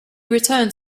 returned